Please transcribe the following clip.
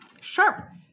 Sure